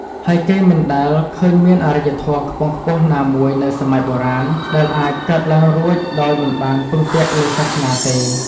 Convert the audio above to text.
ហើយគេមិនដែលឃើញមានអរិយធម៌ខ្ពង់ខ្ពស់ណាមួយនៅសម័យបុរាណ ដែលអាចកើតឡើងរួចដោយមិនបានពឹងពាក់លើសាសនាទេ។